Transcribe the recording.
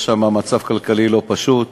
יש שם מצב כלכלי לא פשוט,